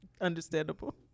Understandable